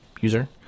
user